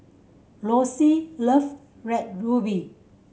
Lossie love Red Ruby